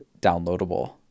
downloadable